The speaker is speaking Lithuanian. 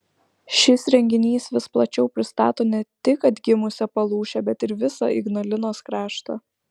šis renginys vis plačiau pristato ne tik atgimusią palūšę bet ir visą ignalinos kraštą